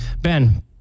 Ben